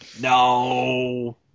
no